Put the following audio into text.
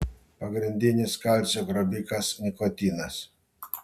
pagrindinis kalcio grobikas nikotinas